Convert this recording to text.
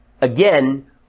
Again